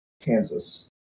Kansas